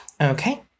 Okay